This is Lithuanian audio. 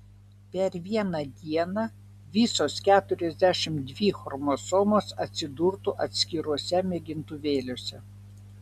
per vieną dieną visos keturiasdešimt dvi chromosomos atsidurtų atskiruose mėgintuvėliuose